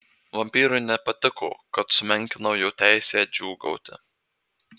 vampyrui nepatiko kad sumenkinau jo teisę džiūgauti